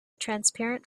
transparent